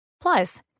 Plus